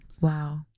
wow